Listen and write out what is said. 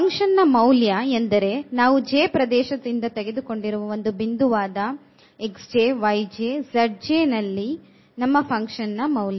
function ನ ಮೌಲ್ಯ ಎಂದರೆ ನಾವು j ಪ್ರದೇಶದಿಂದ ತೆಗೆದುಕೊಂಡಿರುವ ಒಂದು ಬಿಂದುವಾದ ಅನುಗುಣವಾದ ನಮ್ಮ ಫಂಕ್ಷನ್ ನ ಮೌಲ್ಯ